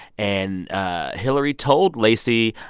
and hillary told lacey,